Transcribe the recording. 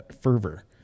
fervor